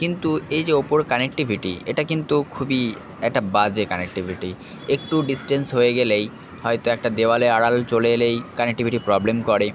কিন্তু এই যে ওপোর কানেক্টিভিটি এটা কিন্তু খুবই একটা বাজে কানেক্টিভিটি একটু ডিসটেন্স হয়ে গেলেই হয়তো একটা দেয়ালের আড়ালে চলে এলেই কানেক্টিভিটি প্রবলেম করে